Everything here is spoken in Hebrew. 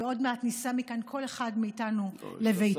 ועוד מעט ניסע מכאן כל אחד מאיתנו לביתו.